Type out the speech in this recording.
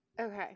Okay